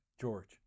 George